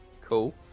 Cool